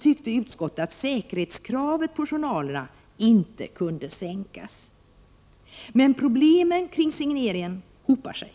tyckte utskottet att säkerhetskravet på journalerna inte kunde sänkas. Men problemen kring signeringen hopar sig.